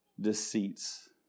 deceits